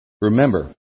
Remember